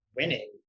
winning